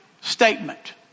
statement